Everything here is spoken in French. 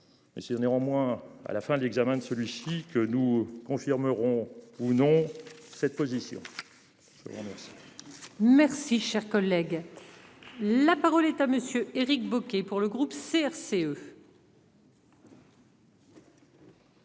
Mais néanmoins, à la fin de l'examen de celui-ci que nous confirmeront ou non cette position. Merci cher collègue. La parole est à monsieur Éric Bocquet pour le groupe CRCE.